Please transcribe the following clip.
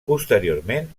posteriorment